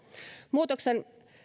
muutoksen